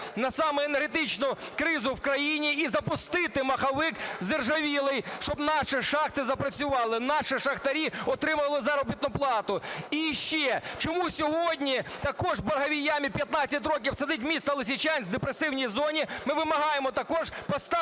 на енергетичну кризу в країні і запустити моховик заржавілий, щоб наші шахти запрацювали, наші шахтарі отримали заробітну плату. І ще. Чому сьогодні також в борговій ямі 15 років сидить місто Лисичанськ, в депресивній зоні? Ми вимагаємо також поставити